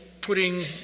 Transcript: putting